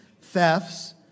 thefts